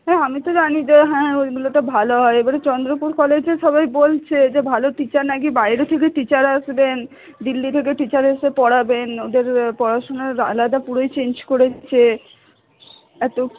হ্যাঁ আমি তো জানি যে হ্যাঁ ওইগুলোতে ভালো হয় এবারে চন্দ্রপুর কলেজে সবাই বলছে যে ভালো টিচার না কি বাইরে থেকে টিচার আসবেন দিল্লি থেকে টিচার এসে পড়াবেন ওদের পড়াশুনোর আলাদা পুরোই চেঞ্জ করেছে এত